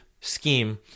scheme